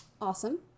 Awesome